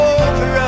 over